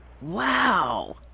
Wow